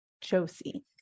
Josie